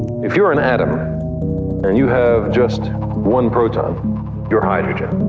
if you're an atom and you have just one proton you're hydrogen.